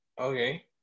Okay